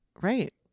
Right